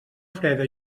freda